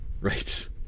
Right